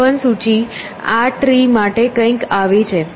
open સૂચિ આ tree માટે આવી કંઈક છે